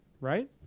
right